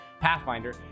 pathfinder